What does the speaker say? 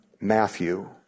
Matthew